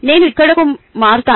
నేను ఇక్కడకు మారుతాను